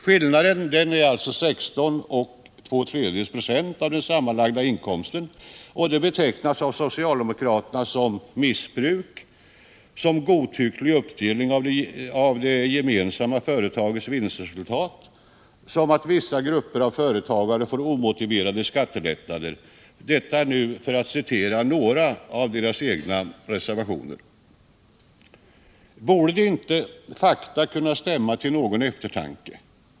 Skillnaden är 16 2/3 24 av den sammanlagda inkomsten, och de nya reglerna betecknas av socialdemokraterna som ”missbruk”, som ”godtycklig uppdelning av det gemensamma företagets vinstresultat” och så att ”vissa grupper av företagare får omotiverade skattelättnader” — för att citera några av deras egna reservationer. Borde inte fakta kunna stämma till någon eftertanke?